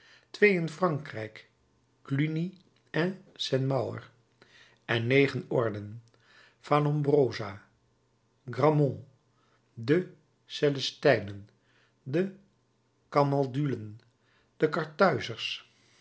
twee in frankrijk cluny en saint maur en negen orden valombrosa grammont de celestijnen de camaldulen de karthuizers